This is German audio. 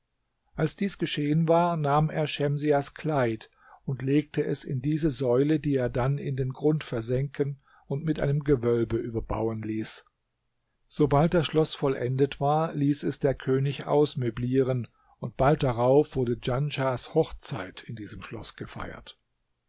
als dies geschehen war nahm er schemsiahs kleid und legte es in diese säule die er dann in den grund versenken und mit einem gewölbe überbauen ließ sobald das schloß vollendet war ließ es der könig ausmöblieren und bald darauf wurde djanschahs hochzeit in diesem schloß gefeiert